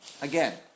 again